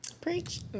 Preach